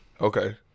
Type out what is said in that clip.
Okay